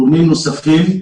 גורמים נוספים,